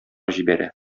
җибәрә